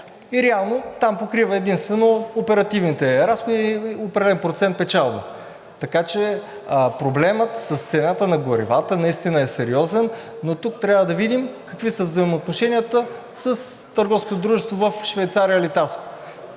и реално там покрива единствено оперативните разходи – определен процент печалба. Така че проблемът с цената на горивата наистина е сериозен, но тук трябва да видим какви са взаимоотношенията с търговското дружество в Швейцария „Литаско“,